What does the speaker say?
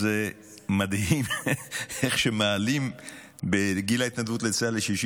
זה מדהים איך מעלים את גיל ההתנדבות לצה"ל ל-66